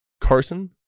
Carson